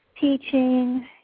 teaching